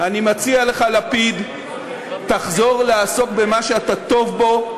אני מציע לך, לפיד, תחזור לעסוק במה שאתה טוב בו.